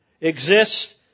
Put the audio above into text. exists